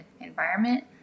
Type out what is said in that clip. environment